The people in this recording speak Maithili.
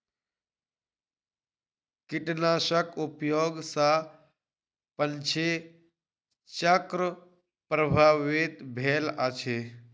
कीटनाशक उपयोग सॅ पंछी चक्र प्रभावित भेल अछि